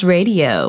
Radio